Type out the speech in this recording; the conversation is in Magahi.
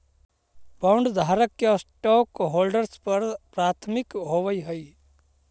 बॉन्डधारक के स्टॉकहोल्डर्स पर प्राथमिकता होवऽ हई